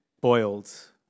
boiled